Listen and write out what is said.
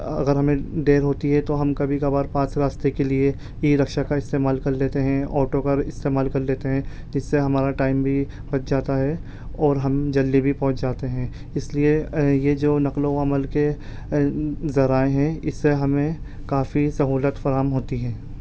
اگر ہمیں دیر ہوتی ہے تو ہم کبھی کبھار پاس راستے کے لیے ای رکشہ کا استعمال کر لیتے ہیں آٹو کا استعمال کر لیتے ہیں جس سے ہمارا ٹائم بھی بچ جاتا ہے اور ہم جلدی بھی پہنچ جاتے ہیں اس لیے یہ جو نقل و حمل کے ذرائع ہیں اس سے ہمیں کافی سہولت فراہم ہوتی ہیں